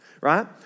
right